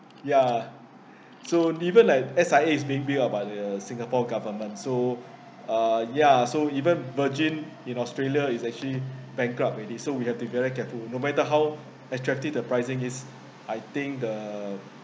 ya so even like S_I_A is being billed out by the singapore government so uh ya so even Virgin in australia is actually bankrupt already so we have to be very careful no matter how attractive the pricing is I think the